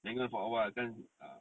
hang on for awhile kan